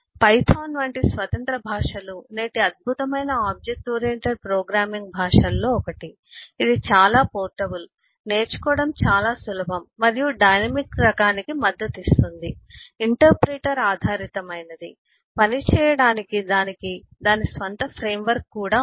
Python వంటి స్వతంత్ర భాషలు నేటి అద్భుతమైన ఆబ్జెక్ట్ ఓరియెంటెడ్ ప్రోగ్రామింగ్ భాషలలో ఒకటి ఇది చాలా పోర్టబుల్ నేర్చుకోవడం చాలా సులభం మరియు డైనమిక్ రకానికి మద్దతు ఇస్తుంది ఇంటర్ ప్రిటర్ ఆధారమైనది పని చేయడానికి దానికి దాని స్వంత ఫ్రేమ్వర్క్ కూడా ఉంది